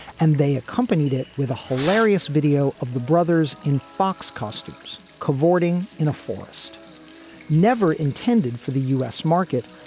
and they accompanied it with a hilarious video of the brothers in fox costumes cavorting in a forest never intended for the u s. market.